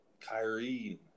Kyrie